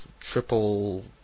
Triple